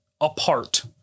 apart